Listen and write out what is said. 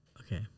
Okay